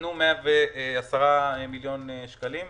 נתנו 110 מיליון שקלים.